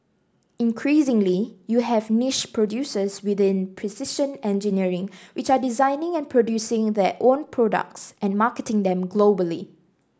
increasingly you have niche producers within precision engineering which are designing and producing their own products and marketing them globally